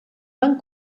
van